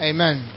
Amen